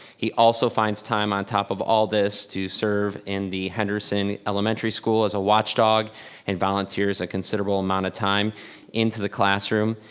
he also finds time on top of all this to serve in the henderson elementary school as a watchdog and volunteers a considerable amount of time into the classroom,